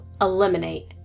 eliminate